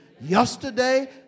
Yesterday